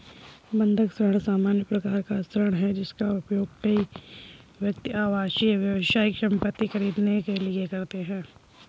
बंधक ऋण सामान्य प्रकार का ऋण है, जिसका उपयोग कई व्यक्ति आवासीय, व्यावसायिक संपत्ति खरीदने के लिए करते हैं